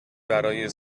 برای